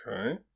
okay